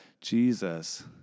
Jesus